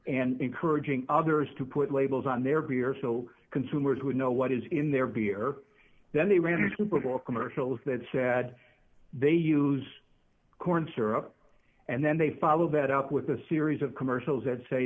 and encouraging others to put labels on their beer so consumers would know what is in their beer then they ran the super bowl commercials that said they use corn syrup and then they follow that up with a series of commercials that say